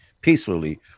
peacefully